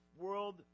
world